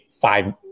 five